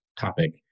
topic